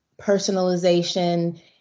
personalization